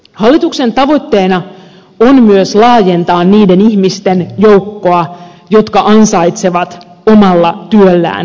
hallituksen tavoitteena on myös laajentaa niiden ihmisten joukkoa jotka ansaitsevat omalla työllään elantonsa